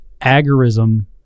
agorism